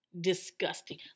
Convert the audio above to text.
Disgusting